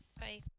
bye